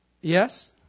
Yes